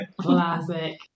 Classic